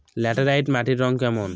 Laterite মাটির রং কেমন?